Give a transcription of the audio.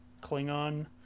Klingon